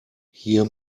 hier